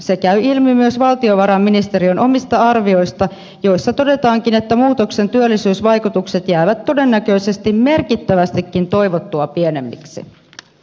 se käy ilmi myös valtiovarainministeriön omista arvioista joissa todetaankin että muutoksen työllisyysvaikutukset jäävät todennäköisesti merkittävästikin toivottua pienemmiksi